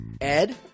Ed